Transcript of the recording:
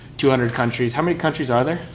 two hundred countries, how many countries are there?